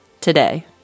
today